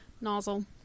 Nozzle